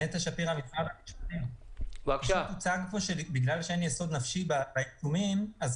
נניח שתפסתם בניין ברחוב בוגרשוב 3 שלא